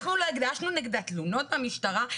אנחנו לא הגשנו נגדה תלונות במשטרה?